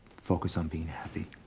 focus on being happy.